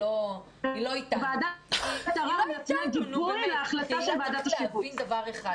ועדת ערר נתנה גיבוי להחלטה של ועדת השיבוץ,